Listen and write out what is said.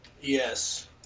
Yes